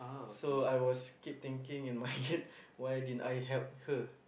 so I was keep thinking in my head why didn't I help her